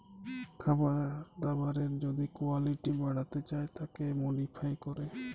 খাবার দাবারের যদি কুয়ালিটি বাড়াতে চায় তাকে মডিফাই ক্যরে